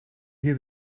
hear